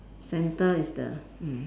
centre is the mm